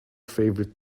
favorite